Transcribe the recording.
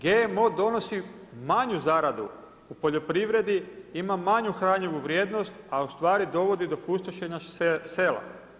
GMO donosi manju zaradu u poljoprivredi, ima manju hranjivu vrijednost a ustvari dovodi do pustošenja sela.